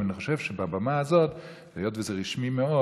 אבל אני חושב שבבמה הזאת, היות שזה רשמי מאוד,